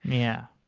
yeah.